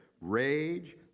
rage